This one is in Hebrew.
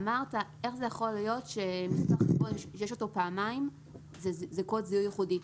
אמרת איך זה יכול להיות שיש את הקוד פעמיים וזה קוד זיהוי ייחודי.